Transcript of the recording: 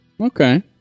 Okay